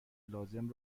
لازم